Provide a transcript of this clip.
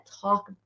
talk